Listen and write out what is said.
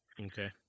okay